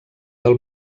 del